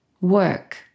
work